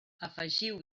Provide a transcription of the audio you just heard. afegiu